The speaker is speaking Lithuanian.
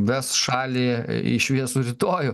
ves šalį į šviesų rytojų